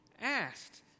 asked